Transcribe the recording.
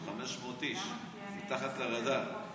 של 500 איש מתחת לרדאר,